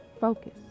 Focus